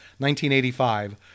1985